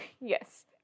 Yes